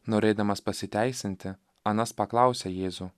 norėdamas pasiteisinti anas paklausė jėzų